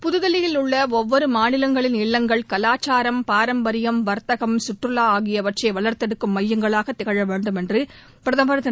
புதுதில்லியில் உள்ள ஒவ்வொரு மாநிலங்களின் இல்லங்கள் கலாச்சாரம் பாரம்பரியம் வர்த்தகம் சுற்றுலா ஆகியவற்றை வளர்த்தெடுக்கும் மையங்களாக திகழ வேண்டும் என்று பிரதமர் திரு